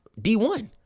D1